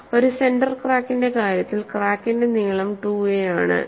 ഒരു സെന്റർ ക്രാക്കിന്റെ കാര്യത്തിൽ ക്രാക്കിന്റെ നീളം 2a ആണ്